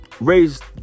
raised